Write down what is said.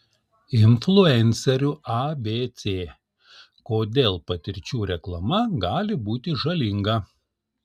influencerių abc kodėl patirčių reklama gali būti žalinga